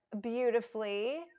Beautifully